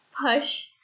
push